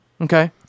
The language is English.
Okay